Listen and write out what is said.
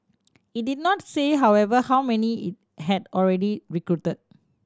it did not say however how many it had already recruited